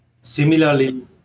Similarly